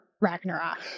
ragnarok